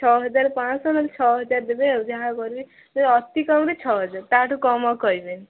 ଛଅ ହଜାର ପାଁ'ଶହ ନହେଲେ ଛଅ ହଜାର ଦେବେ ଆଉ ଯାହା କରିବେ ଅତି କମ୍ରେ ଛଅ ହଜାର ତା'ଠୁ କମ୍ ଆଉ କରିବେନି